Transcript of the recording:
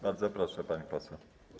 Bardzo proszę, pani poseł.